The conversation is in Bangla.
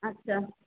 আচ্ছা